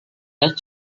let